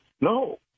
No